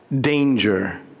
danger